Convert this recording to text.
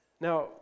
Now